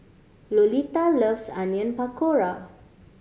Lolita loves Onion Pakora